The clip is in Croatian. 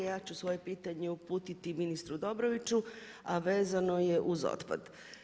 Ja ću svoje pitanje uputiti ministru Dobroviću, a vezano je uz otpad.